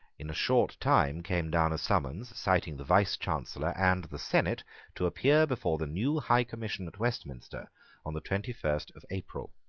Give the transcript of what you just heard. in a short time came down a summons citing the vicechancellor and the senate to appear before the new high commission at westminster on the twenty-first of april.